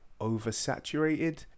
oversaturated